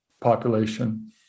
population